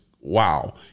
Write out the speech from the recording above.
wow